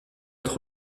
être